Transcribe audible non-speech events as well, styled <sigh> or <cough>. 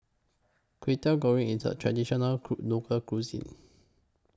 Kway Teow Goreng IS A Traditional <noise> Local Cuisine